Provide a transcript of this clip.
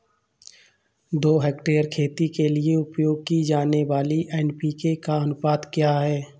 दो हेक्टेयर खेती के लिए उपयोग की जाने वाली एन.पी.के का अनुपात क्या है?